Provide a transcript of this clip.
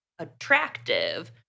attractive